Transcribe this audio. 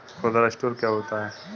खुदरा स्टोर क्या होता है?